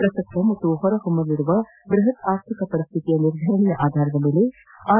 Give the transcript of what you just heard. ಪ್ರಸಕ್ತ ಮತ್ತು ಹೊರಹೊಮ್ಮಲಿರುವ ಬ್ಬಹತ್ ಆರ್ಥಿಕ ಪರಿಸ್ತಿತಿಯ ನಿರ್ಧರಣೆಯ ಆಧಾರದಲ್ಲಿ ಆರ್